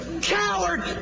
coward